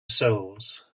souls